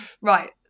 Right